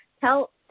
Tell